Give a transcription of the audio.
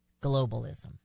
globalism